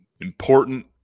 important